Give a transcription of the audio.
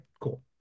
cool